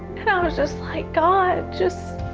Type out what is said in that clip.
and um was just, like, god, just